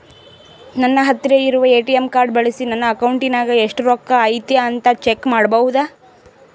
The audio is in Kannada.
ನನ್ನ ಹತ್ತಿರ ಇರುವ ಎ.ಟಿ.ಎಂ ಕಾರ್ಡ್ ಬಳಿಸಿ ನನ್ನ ಅಕೌಂಟಿನಾಗ ಎಷ್ಟು ರೊಕ್ಕ ಐತಿ ಅಂತಾ ಚೆಕ್ ಮಾಡಬಹುದಾ?